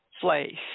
place